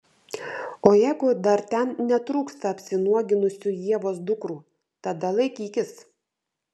o jeigu dar ten netrūksta apsinuoginusių ievos dukrų tada laikykis